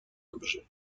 objets